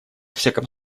всяком